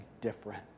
different